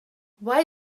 why